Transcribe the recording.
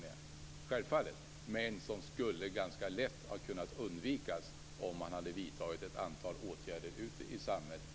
Det är bara att titta på en svensk akutmottagning, även om människor självfallet måste komma dit för att få hjälp.